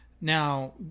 now